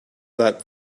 that